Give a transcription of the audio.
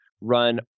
run